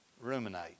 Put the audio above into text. Ruminate